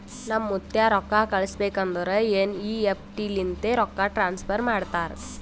ನಮ್ ಮುತ್ತ್ಯಾ ರೊಕ್ಕಾ ಕಳುಸ್ಬೇಕ್ ಅಂದುರ್ ಎನ್.ಈ.ಎಫ್.ಟಿ ಲಿಂತೆ ರೊಕ್ಕಾ ಟ್ರಾನ್ಸಫರ್ ಮಾಡ್ತಾರ್